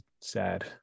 sad